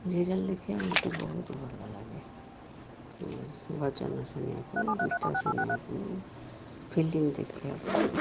serial ଦେଖିବାକୁ ମୋତେ ବହୁତ ଭଲଲାଗେ ଭଜନ ଶୁଣିବାକୁ ଗୀତ ଶୁଣିବାକୁ ଫିଲ୍ମ ଦେଖିିବାକୁ